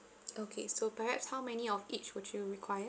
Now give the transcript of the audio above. okay so perhaps how many of each would you require